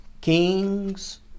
Kings